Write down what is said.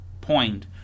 point